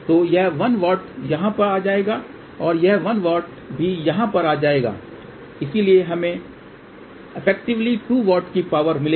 तो यह 1 W यहां पर आ जाएगा और यह 1 W भी यहां आ जाएगा इसलिए हमें अफ्फेक्टिविली 2 W की पावर मिलेगी